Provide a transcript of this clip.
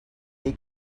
they